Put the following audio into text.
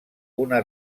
una